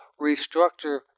restructure